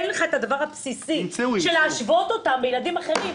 אין לך את הדבר הבסיסי כדי להשוות אותם לילדים אחרים.